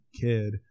kid